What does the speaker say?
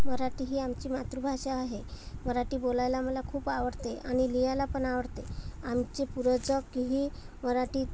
मराठी ही आमची मातृभाषा आहे मराठी बोलायला मला खूप आवडते आणि लिहायला पण आवडते आमचे पूर्वजकही मराठी